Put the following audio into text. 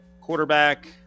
quarterback